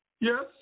Yes